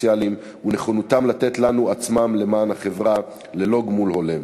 הסוציאליים ונכונותם לתת לנו את עצמם למען החברה ללא גמול הולם.